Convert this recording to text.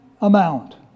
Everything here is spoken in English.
amount